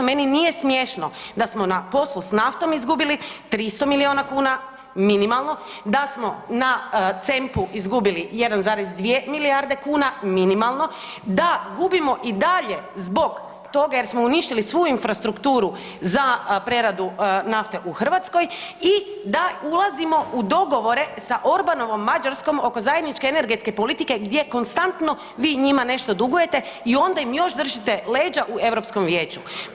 Meni nije smiješno da smo na poslu s naftom izgubili 300 miliona kuna minimalno, da smo na CEMP-u izgubili 1,2 milijarde kuna minimalno, da gubimo i dalje zbog toga jer smo uništili svu infrastrukturu za preradu nafte u Hrvatskoj i da ulazimo u dogovore sa Orbanovom Mađarskom oko zajedničke energetske politike gdje konstantno vi njima nešto dugujete i onda im još držite leđa u Europskom vijeću.